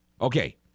Okay